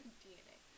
dna